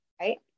right